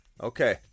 Okay